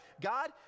God